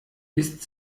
ist